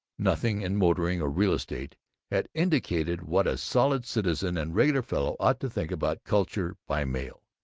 nothing in motoring or real estate had indicated what a solid citizen and regular fellow ought to think about culture by mail.